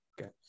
Okay